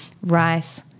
rice